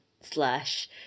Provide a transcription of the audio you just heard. slash